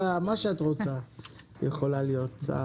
מה שאת רוצה את יכולה להיות.